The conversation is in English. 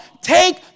take